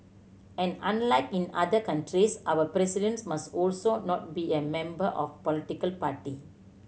and unlike in other countries our President must also not be a member of political party